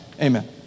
Amen